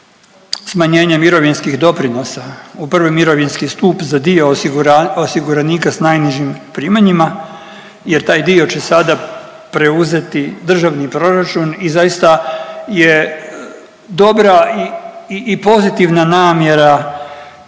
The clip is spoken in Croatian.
smanjenje mirovinskih doprinosa u prvi mirovinski stup za dio osiguranika s najnižim primanjima jer taj dio će sada preuzeti državni proračun i zaista je dobra i pozitivna namjera